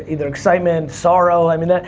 either excitement, sorrow, i mean,